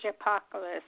apocalypse